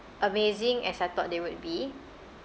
amazing as I thought they would be